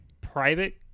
private